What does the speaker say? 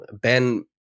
ben